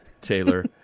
Taylor